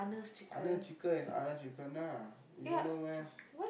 Arnold chicken is Arnold chicken ah you don't know meh